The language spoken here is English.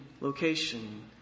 location